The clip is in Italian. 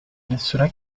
nessuna